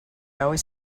always